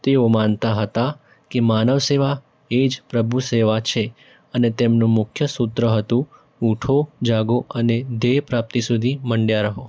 તેઓ માનતા હતા કે માનવ સેવા એ જ પ્રભુ સેવા છે અને તેમનું મુખ્ય સૂત્ર હતું ઉઠો જાગો અને ધ્યેય પ્રાપ્તિ સુધી મંડ્યા રહો